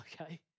okay